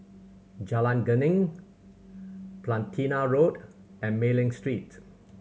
Jalan Geneng Platina Road and Mei Ling Street